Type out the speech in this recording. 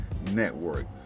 network